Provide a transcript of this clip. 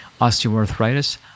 osteoarthritis